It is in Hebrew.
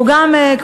הוא גם יכול,